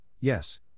yes